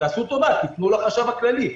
תעשו טובה, תפנו לחשב הכללי.